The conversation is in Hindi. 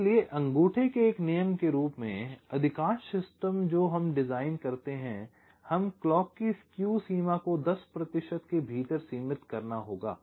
इसलिए अंगूठे के एक नियम के रूप में अधिकांश सिस्टम जो हम डिज़ाइन करते हैं हमें क्लॉक की स्क्यू सीमा को 10 प्रतिशत के भीतर सीमित करना होगा